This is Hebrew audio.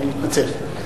אני מתנצל.